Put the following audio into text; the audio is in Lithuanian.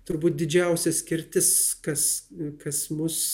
turbūt didžiausia skirtis kas kas mus